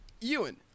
Ewan